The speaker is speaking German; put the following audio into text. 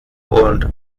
und